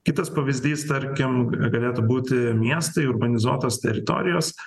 kitas pavyzdys tarkim galėtų būti miestai urbanizuotos teritorijos